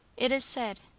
it is said,